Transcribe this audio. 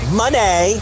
money